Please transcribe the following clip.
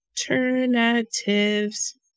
alternatives